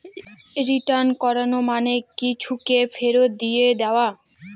return করানো মানে কিছুকে ফেরত দিয়ে দেওয়া